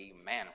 Amen